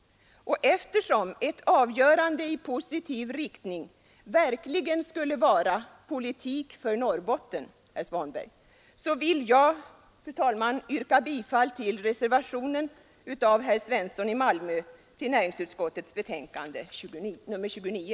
Eftersom ett avgörande i positiv riktning verkligen skulle vara bra politik för Norrbotten, vill jag, fru talman, yrka bifall till reservationen av herr Svensson i Malmö vid näringsutskottets betänkande nr 29.